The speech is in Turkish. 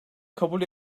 kabul